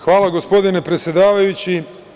Hvala, gospodine predsedavajući.